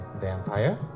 vampire